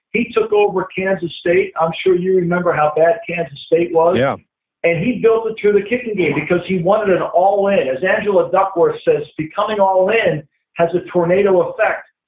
he took over kansas state, i'm sure you remember how bad kansas state was, yeah and he built it through the kicking game because he wanted it all in. as angela duckworth says becoming all in has a tornado effect.